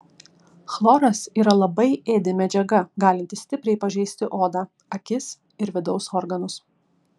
chloras yra labai ėdi medžiaga galinti stipriai pažeisti odą akis ir vidaus organus